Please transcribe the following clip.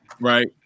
right